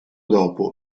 dopo